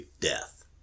death